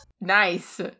Nice